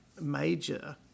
major